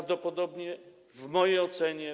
W mojej ocenie.